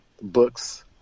books